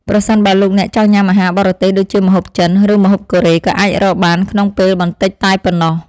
ប្រសិនបើលោកអ្នកចង់ញ៉ាំអាហារបរទេសដូចជាម្ហូបចិន ឬម្ហូបកូរ៉េក៏អាចរកបានក្នុងពេលបន្តិចតែប៉ុណ្ណោះ។